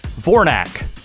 Vornak